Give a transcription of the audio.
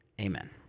amen